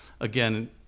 again